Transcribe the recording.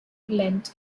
lent